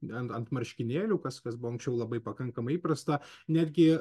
bent ant marškinėlių kas kas buvo anksčiau labai pakankamai įprasta netgi